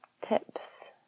tips